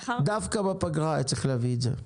דווקא בפגרה היה צריך להביא את זה.